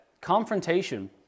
confrontation